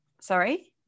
sorry